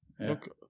Okay